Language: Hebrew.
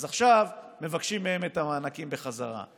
אז עכשיו מבקשים מהם את המענקים בחזרה.